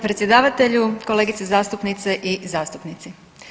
Predsjedavatelju, kolegice zastupnice i zastupnici.